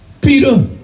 Peter